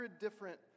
different